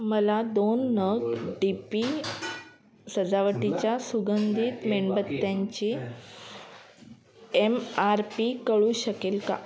मला दोन नग डी पी सजावटीच्या सुगंधित मेणबत्त्यांची एम आर पी कळू शकेल का